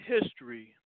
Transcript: history